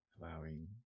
allowing